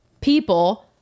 people